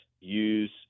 use